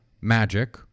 magic